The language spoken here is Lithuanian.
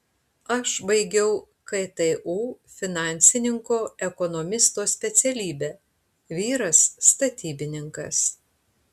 aš baigiau ktu finansininko ekonomisto specialybę vyras statybininkas